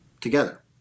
together